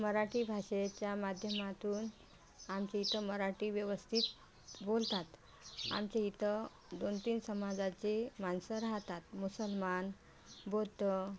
मराठी भाषेच्या माध्यमातून आमचे इथं मराठी व्यवस्थित बोलतात आमच्या इथं दोन तीन समाजाचे माणसं राहतात मुसलमान बौद्ध